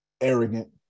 arrogant